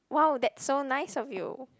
wow that's so nice of you